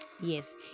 yes